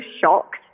shocked